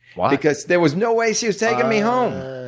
why? because there was no way she was taking me home!